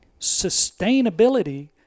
sustainability